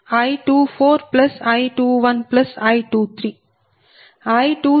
I23j0